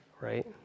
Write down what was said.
right